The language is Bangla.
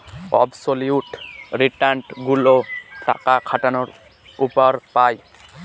অবসোলিউট রিটার্ন গুলো টাকা খাটানোর উপর পাই